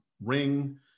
Ring